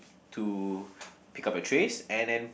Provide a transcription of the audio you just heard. to pick up your trays and then